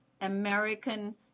American